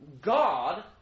God